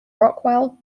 rockwell